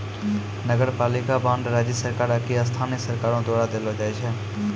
नगरपालिका बांड राज्य सरकार आकि स्थानीय सरकारो द्वारा देलो जाय छै